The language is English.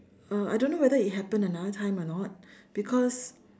uh I don't know whether it happened another time or not because